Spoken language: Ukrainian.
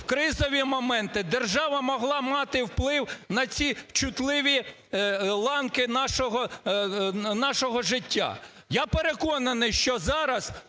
у кризові моменти держава могла мати вплив на ці чутливі ланки нашого життя. Я переконаний, що зараз,